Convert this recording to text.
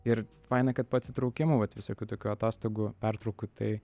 ir faina kad pa atsitraukimų vat visokių tokių atostogų pertraukų tai